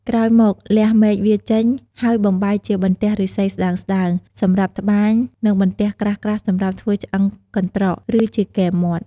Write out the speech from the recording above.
ក្រោយមក លះមែកវាចេញ ហើយបំបែកជាបន្ទះឫស្សីស្ដើងៗ សម្រាប់ត្បាញ និងបន្ទះក្រាស់ៗសម្រាប់ធ្វើឆ្អឹងកន្រ្តក ឬជាគែមមាត់។